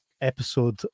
episode